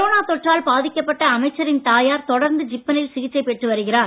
corona தொற்றால் பாதிக்கப்பட்ட அமைச்சரின் தொடர்ந்து ஜிப்ம ரில் சிகிச்சை பெற்று வருகிறார்